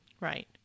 Right